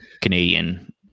Canadian